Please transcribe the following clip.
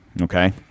Okay